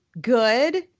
good